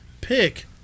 pick